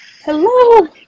hello